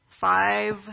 Five